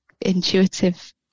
intuitive